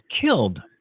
killed